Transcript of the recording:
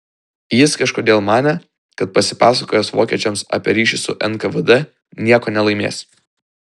jis kažkodėl manė kad pasipasakojęs vokiečiams apie ryšį su nkvd nieko nelaimės